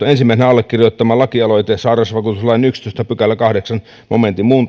ensimmäisenä allekirjoittama lakialoite sairausvakuutuslain yhdennentoista pykälän kahdeksannen momentin